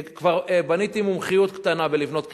כבר בניתי מומחיות קטנה בלבנות קריטריונים.